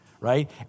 right